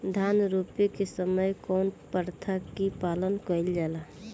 धान रोपे के समय कउन प्रथा की पालन कइल जाला?